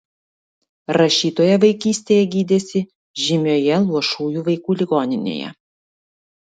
rašytoja vaikystėje gydėsi žymioje luošųjų vaikų ligoninėje